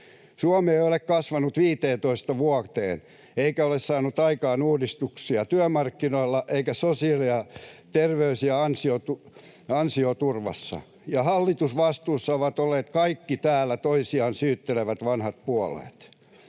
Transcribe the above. Suomi ei ole kasvanut 15 vuoteen eikä ole saanut aikaan uudistuksia työmarkkinoilla eikä sosiaali- ja ansioturvassa, ja hallitusvastuussa ovat olleet kaikki täällä toisiaan syyttelevät vanhat puolueet.